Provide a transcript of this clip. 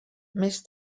més